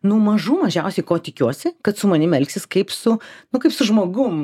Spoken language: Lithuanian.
nu mažų mažiausia ko tikiuosi kad su manimi elgsis kaip su nu kaip su žmogum